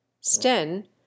Sten